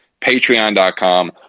patreon.com